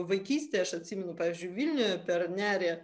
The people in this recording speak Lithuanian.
vaikystę aš atsimenu pavyzdžiui vilniuje per nerį